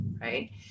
right